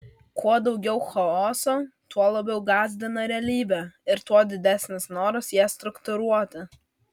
kuo daugiau chaoso tuo labiau gąsdina realybė ir tuo didesnis noras ją struktūruoti